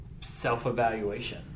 self-evaluation